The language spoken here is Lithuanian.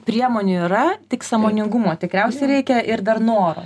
priemonių yra tik sąmoningumo tikriausiai reikia ir dar noro